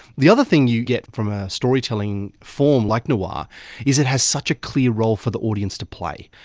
the other thing you get from a storytelling form like noir ah is it has such a clear role for the audience to play.